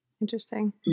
Interesting